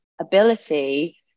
ability